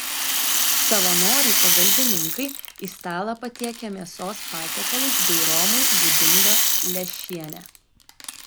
savanoriai pagalbininkai į stalą patiekia mėsos patiekalus bei romai būdingą lęšienę